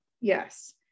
Yes